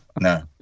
no